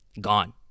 gone